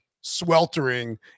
sweltering